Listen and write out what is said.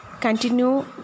continue